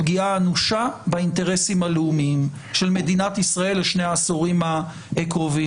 פגיעה אנושה באינטרסים הלאומיים של מדינת ישראל לשני העשורים הקרובים.